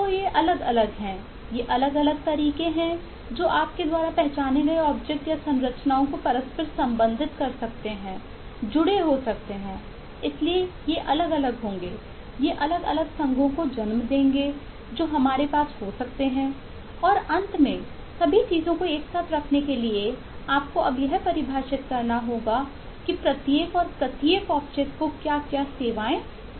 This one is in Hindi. तो अलग अलग हैं ये अलग अलग तरीके हैं जो आपके द्वारा पहचाने गए ऑब्जेक्ट को क्या क्या सेवाएं प्रदान करनी हैं